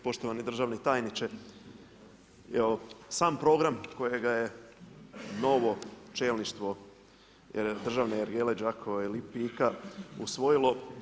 Poštovani državni tajniče, sam program kojega je novo čelništvo Državne ergele Đakovo i Lipika usvojilo.